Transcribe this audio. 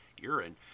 urine